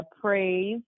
praise